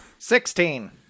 Sixteen